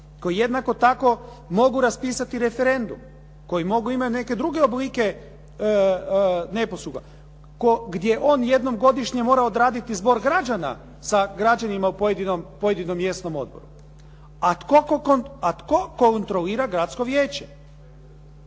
koji jednako tako mogu raspisati referendum, koji mogu imati neke druge oblike neposluha, gdje on jednom godišnje mora odraditi zbor građana sa građanima u pojedinom mjesnom odboru. A tko kontrolira gradsko vijeće?